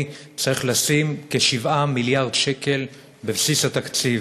צריך לשים כ-7 מיליארד שקל בבסיס התקציב.